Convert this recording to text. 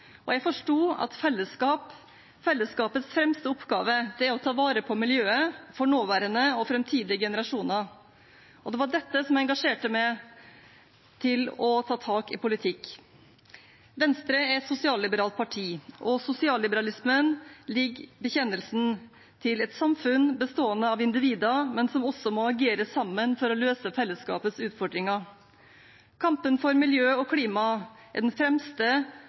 og jeg forsto at fellesskapets fremste oppgave er å ta vare på miljøet for nåværende og framtidige generasjoner. Det var dette som engasjerte meg til å ta tak i politikk. Venstre er et sosialliberalt parti, og i sosialliberalismen ligger bekjennelsen til et samfunn bestående av individer, men som også må agere sammen for å løse fellesskapets utfordringer. Kampen for miljø og klima er den fremste